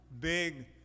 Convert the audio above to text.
big